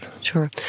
Sure